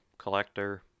collector